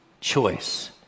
Choice